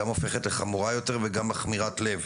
גם הופכת לחמורה יותר וגם מכמירת לב.